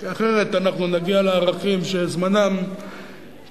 כי אחרת אנחנו נגיע לערכים שזמנם פשוט